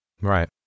Right